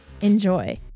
Enjoy